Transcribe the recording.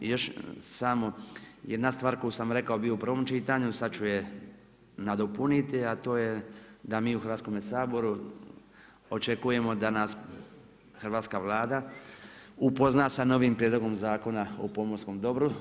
I još samo jedna stvar koju sam rekao bio je u provom čitanju, sad ću je nadopuniti, a to je da mi u Hrvatskome saboru, očekujemo da nas hrvatska vlada upozna sa novim prijedlogom zakona o pomorskom dobru.